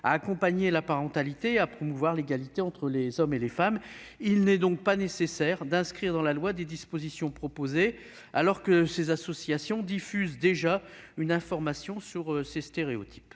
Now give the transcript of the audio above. à accompagner la parentalité et à promouvoir l'égalité entre les hommes et les femmes. Il n'est donc pas nécessaire d'inscrire dans la loi les dispositions proposées alors que ces associations diffusent déjà une information sur ces stéréotypes.